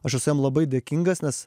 aš esu jam labai dėkingas nes